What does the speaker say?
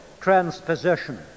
transposition